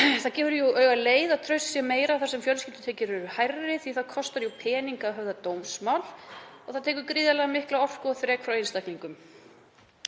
Það gefur augaleið að traust er meira þar sem fjölskyldutekjur eru hærri því að það kostar peninga að höfða dómsmál og það tekur gríðarlega mikla orku og þrek frá einstaklingum.